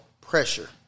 Pressure